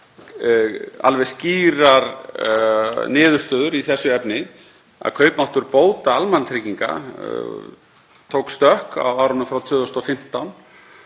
við skýrar niðurstöður í þessu efni, þ.e. að kaupmáttur bóta almannatrygginga tók stökk á árunum frá 2015